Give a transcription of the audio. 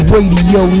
Radio